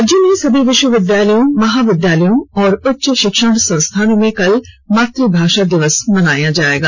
राज्य के सभी विश्वविद्यालयों महाविद्यालयों और उच्च शिक्षण संस्थानों में कल मातृभाषा दिवस मनाया जाएग